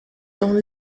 dans